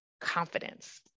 confidence